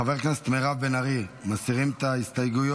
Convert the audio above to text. חברת הכנסת מירב בן ארי, מסירים את ההסתייגויות?